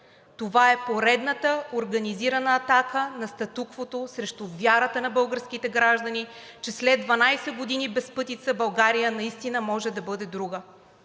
това е поредната организирана атака на статуквото срещу вярата на българските граждани, че след 12 години безпътица България наистина може да бъде друга!